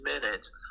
minutes